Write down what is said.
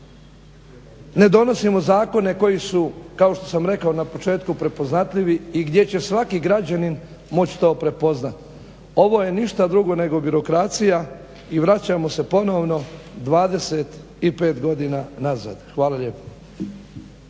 ne donosimo zakone koji su kao što sam rekao na početku prepoznatljivi i gdje će svaki građanin moći to prepoznati. Ovo je ništa drugo nego birokracija i vraćamo se ponovno 25 godina nazad. Hvala lijepa.